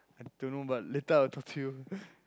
i don't know but later I will talk to you